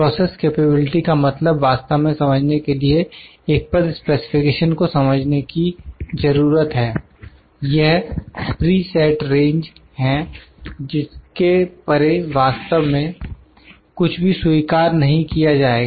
process capability का मतलब वास्तव में समझने के लिए एक पद स्पेसिफिकेशन को समझने की जरूरत है यह प्रीसेट रेंज है जिसके परे वास्तव में कुछ भी स्वीकार नहीं किया जाएगा